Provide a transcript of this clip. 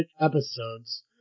episodes